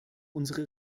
unsere